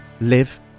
live